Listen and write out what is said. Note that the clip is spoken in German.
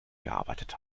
gearbeitet